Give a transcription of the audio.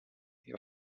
your